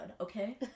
okay